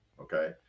Okay